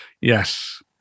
Yes